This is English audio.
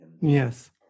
Yes